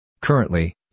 Currently